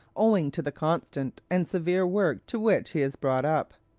owing to the constant and severe work to which he is brought up.